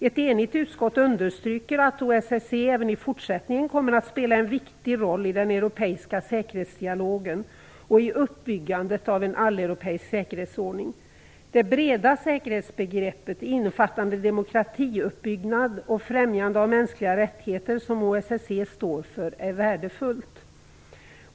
Ett enigt utskott understryker att OSSE även i fortsättningen kommer att spela en viktig roll i den europeiska säkerhetsdialogen och i uppbyggandet av en alleuropeisk säkerhetsordning. Det breda säkerhetsbegrepp, innefattande demokratiuppbyggnad och främjande av mänskliga rättigheter, som OSSE står för är värdefullt.